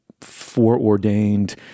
foreordained